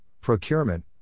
Procurement